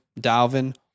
Dalvin